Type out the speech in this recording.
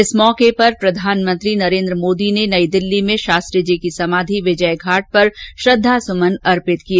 इस अवसर पर प्रधानमंत्री नरेंद्र मोदी ने दिल्ली में शास्त्री जी की समाधि विजयघाट पर श्रद्वासुमन अर्पित किए